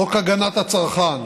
חוק הגנת הצרכן,